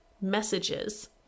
messages